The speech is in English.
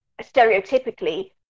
stereotypically